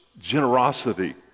generosity